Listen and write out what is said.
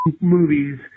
movies